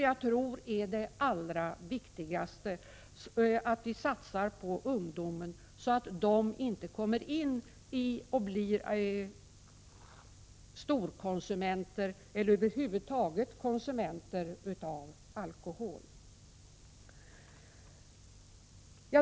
Jag tror att det allra viktigaste är att satsa på ungdomarna så att de inte blir storkonsumenter eller över huvud taget konsumenter av alkohol.